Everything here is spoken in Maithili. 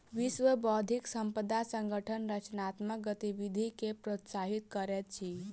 विश्व बौद्धिक संपदा संगठन रचनात्मक गतिविधि के प्रोत्साहित करैत अछि